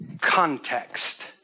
Context